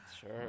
sure